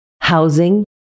housing